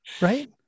Right